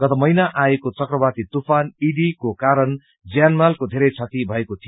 गत महिना आएको चक्रवाती तूफान ईडी को कारण ज्यानामालको धरे क्षति भएको थियो